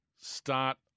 start